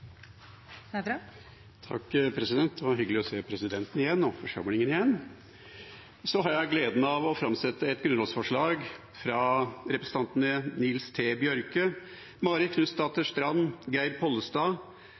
Det var hyggelig å se presidenten og forsamlingen igjen! Jeg har gleden av å framsette et grunnlovsforslag fra representantene Nils T. Bjørke, Marit Knutsdatter Strand, Geir Pollestad,